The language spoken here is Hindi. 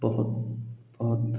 बहुत बहुत